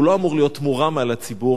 הוא לא אמור להיות מורם על הציבור,